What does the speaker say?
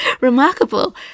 remarkable